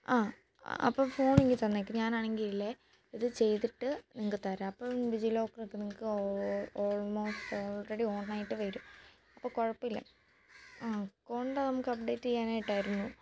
ആ അപ്പം ഫോൺ ഇങ്ങ് തന്നേക്ക് ഞാനാണെങ്കിൽ ഇല്ലേ ഇത് ചെയ്തിട്ട് നിങ്ങൾക്ക് തരാം അപ്പോൾ ഡിജി ലോക്ക് ഒക്കെ നിങ്ങൾക്ക് ഓ ഓൾമോ ഓൾറെഡി ഓൺ ആയിട്ട് വരും അപ്പോൾ കുഴപ്പമില്ല ആ ഫോണിന്റെ നമുക്ക് അപ്ഡേറ്റ് ചെയ്യാനായിട്ടായിരുന്നു